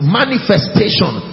manifestation